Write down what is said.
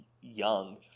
young